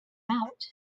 out